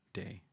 day